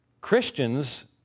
Christians